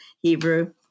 Hebrew